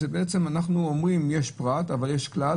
אנחנו בעצם אומרים שיש פרט אבל יש כלל